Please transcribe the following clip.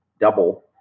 double